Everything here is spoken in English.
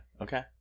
Okay